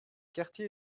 quartier